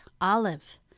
Olive